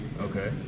Okay